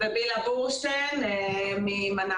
ובילה בורשטיין מאגף כספים